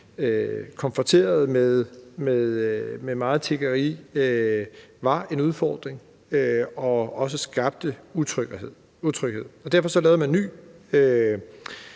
konfronteret med meget tiggeri var en udfordring og også skabte utryghed. Derfor lavede man ny